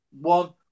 one